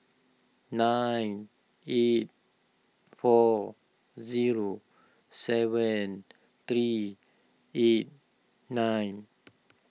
nine eight four zero seven three eight nine